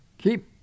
Keep